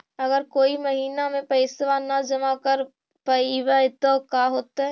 अगर कोई महिना मे पैसबा न जमा कर पईबै त का होतै?